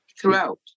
throughout